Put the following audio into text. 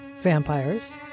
Vampires